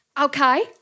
Okay